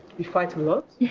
we fight a lot.